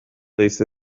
ليس